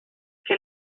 que